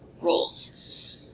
roles